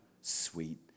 sweet